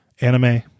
anime